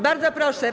Bardzo proszę.